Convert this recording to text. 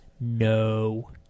no